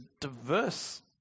diverse